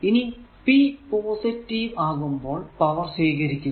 ഇനി p positive ആകുമ്പോൾ power സ്വീകരിക്കുന്നു